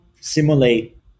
simulate